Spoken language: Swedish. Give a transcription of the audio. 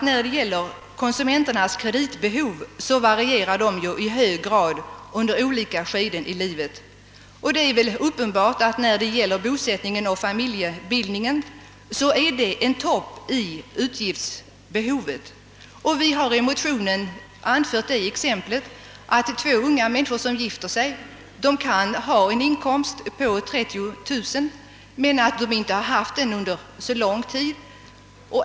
När det gäller konsumenternas kreditbehov varierar de i hög grad under olika skeden i livet, och det är väl uppenbart att när det gäller bosättningen och familjebildningen är det en topp i utgiftsbehovet. Vi har i motionen anfört det exemplet att två unga människor som gifter sig kan ha en inkomst på 30000 kronor men att de inte haft den under så lång tid.